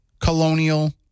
Colonial